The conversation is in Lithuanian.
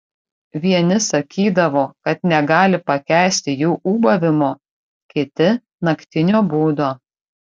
vieni sakydavo kad negali pakęsti jų ūbavimo kiti naktinio būdo